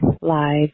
live